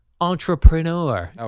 entrepreneur